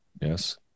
Yes